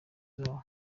zawo